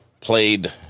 played